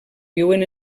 viuen